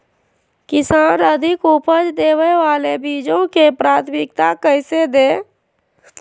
किसान अधिक उपज देवे वाले बीजों के प्राथमिकता कैसे दे?